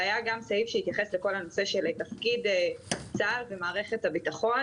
והיה גם סעיף שהתייחס לכל הנושא של תפקיד צה"ל ומערכת הבטחון